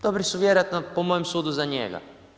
Dobri su vjerojatno, po mojem sudu za njega.